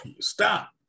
Stop